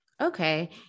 Okay